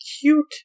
cute